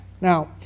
now